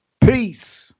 Peace